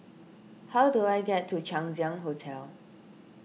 how do I get to Chang Ziang Hotel